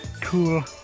cool